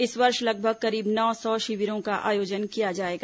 इस वर्ष लगभग करीब नौ सौ शिविरों का आयोजन किया जाएगा